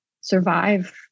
survive